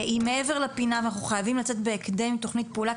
היא מעבר לפינה ואנחנו חייבים לצאת בהקדם עם תוכנית פעולה,